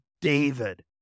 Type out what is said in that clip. David